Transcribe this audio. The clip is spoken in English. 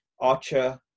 Archer